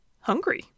hungry